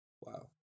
Wow